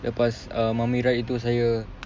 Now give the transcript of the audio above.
lepas uh mummy ride itu saya